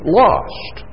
lost